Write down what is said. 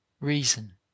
reason